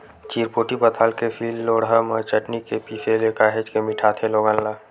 चिरपोटी पताल के सील लोड़हा म चटनी के पिसे ले काहेच के मिठाथे लोगन ला